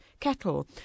kettle